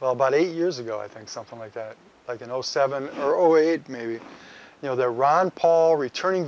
well about eight years ago i think something like that like in zero seven zero eight maybe you know the ron paul returning